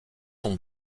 sont